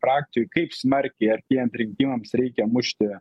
frakcijoj kaip smarkiai artėjant rinkimams reikia mušti